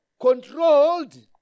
controlled